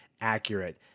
accurate